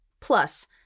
Plus